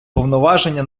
повноваження